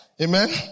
Amen